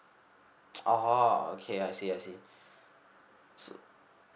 orh okay I see I see I see